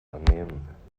annehmen